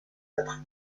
être